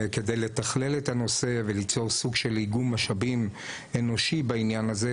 כדי לתכלל את הנושא וליצור סוג של איגום משאבים אנושי בעניין הזה,